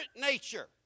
nature